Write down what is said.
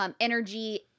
energy